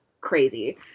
crazy